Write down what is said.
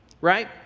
right